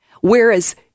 Whereas –